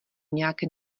nějaké